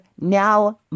now